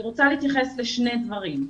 אני רוצה להתייחס לשני דברים.